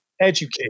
Educate